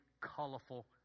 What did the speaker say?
colorful